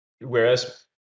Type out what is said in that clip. whereas